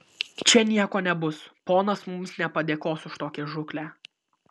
čia nieko nebus ponas mums nepadėkos už tokią žūklę